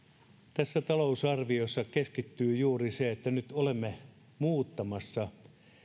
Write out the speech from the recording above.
tässä talousarviossa kiteytyy juuri se että nyt olemme muuttamassa